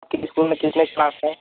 आपके इस्कूल में कितने क्लास हैं